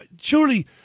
surely